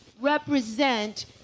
represent